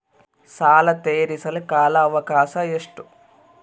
ಸಾಲ ತೇರಿಸಲು ಕಾಲ ಅವಕಾಶ ಎಷ್ಟು?